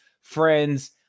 friends